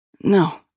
No